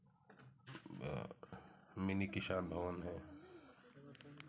mini किसान भवन है